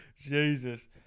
Jesus